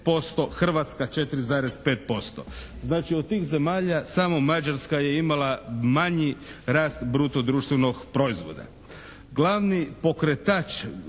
Hrvatska 4,5%. Znači od tih zemalja samo Mađarska je imala manji rast bruto društvenog proizvoda.